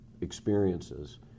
experiences